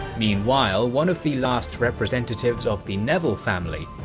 meanwhile, one of the last representatives of the neville family,